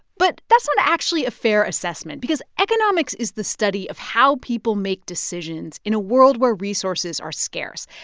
but that's not actually a fair assessment because economics is the study of how people make decisions in a world where resources are scarce.